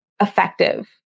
effective